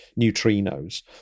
neutrinos